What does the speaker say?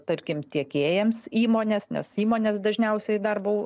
tarkim tiekėjams įmonės nes įmonės dažniausiai darbo